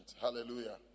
Hallelujah